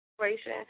situation